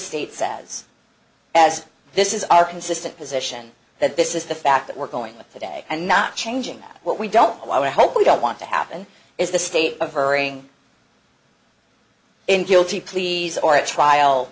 state says as this is our consistent position that this is the fact that we're going with the day and not changing what we don't know i hope we don't want to happen is the state of hurrying in guilty pleas or a trial